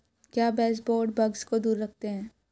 क्या baseboard bugs को दूर रखते हैं?